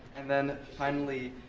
and then finally,